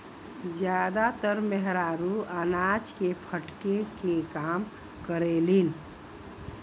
जादातर मेहरारू अनाज के फटके के काम करेलिन